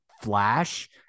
flash